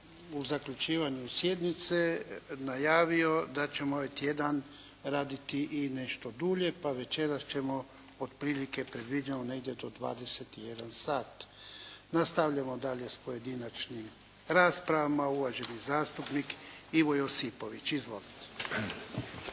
u zaključivanju sjednice najavio da ćemo ovaj tjedan raditi i nešto dulje, pa večeras ćemo otprilike predviđamo negdje do 21,00 sat. Nastavljamo dalje sa pojedinačnim raspravama. Uvaženi zastupnik Ivo Josipović. Izvolite.